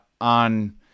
on